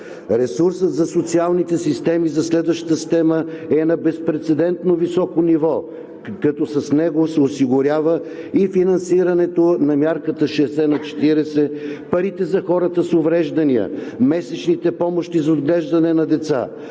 Ресурсът за социалните системи за следващата година е на безпрецедентно високо ниво, като с него се осигурява и финансирането на Мярката 60/40, парите за хората с увреждания, месечните помощи за отглеждане на деца,